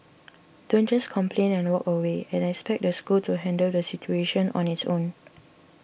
don't just complain and walk away and expect the school to handle the situation on its own